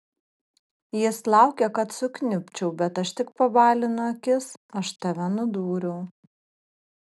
jis laukia kad sukniubčiau bet aš tik pabalinu akis aš tave nudūriau